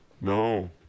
No